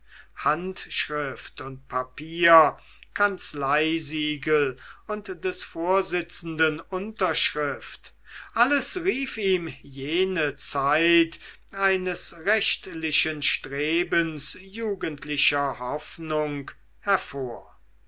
handschrift und papier kanzleisiegel und des vorsitzenden unterschrift alles rief ihm jene zeit eines rechtlichen strebens jugendlicher hoffnung hervor